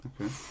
Okay